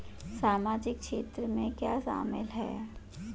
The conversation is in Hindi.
सामाजिक क्षेत्र में क्या शामिल है?